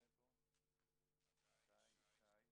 ישי דון